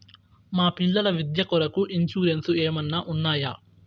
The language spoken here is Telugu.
మా పిల్లల విద్య కొరకు ఇన్సూరెన్సు ఏమన్నా ఉన్నాయా?